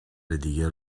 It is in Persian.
دیگه